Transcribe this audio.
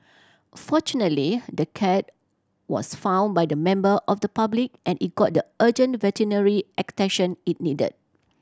fortunately the cat was found by the member of the public and it got the urgent veterinary attention it needed